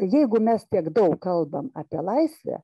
jeigu mes tiek daug kalbam apie laisvę